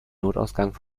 notausgang